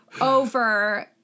over